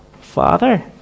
Father